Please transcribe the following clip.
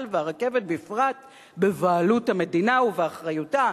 והרכבת בפרט בבעלות המדינה ובאחריותה,